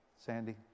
Sandy